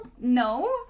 No